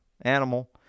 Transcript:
animal